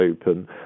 open